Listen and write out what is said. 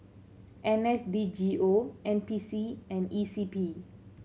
N S D G O N P C and E C P